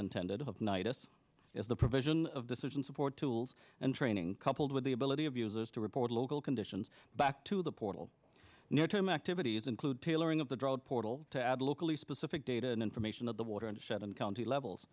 intended of night us is the provision of decision support tools and training coupled with the ability of users to report local conditions back to the portal near term activities include tailoring of the drop portal to add locally specific data and information of the water in the shed and county levels